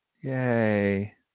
Yay